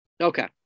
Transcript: Okay